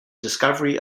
discovery